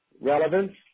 relevance